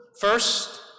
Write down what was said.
First